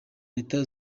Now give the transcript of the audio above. leta